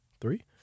three